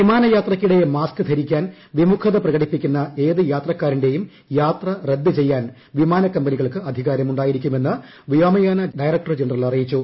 വിമാനയാത്രയ്ക്കിടെ mask ധരിക്കാൻ വിമുഖത പ്രകടിപ്പിക്കുന്ന യാത്രക്കാരന്റെയും യാത്ര റദ്ദ് ചെയ്യാൻ വിമാനക്കമ്പനികൾക്ക് അധികാരമുണ്ടായിരിക്കും എന്ന് വ്യോമയാന ഡയറക്ടർ ജനറൽ അറിയിച്ചു